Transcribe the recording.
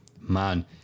Man